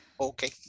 okay